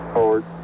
Forward